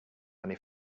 many